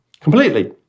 completely